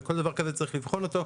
וכל דבר כזה צריך לבחון אותו,